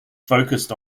focused